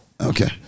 Okay